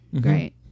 Great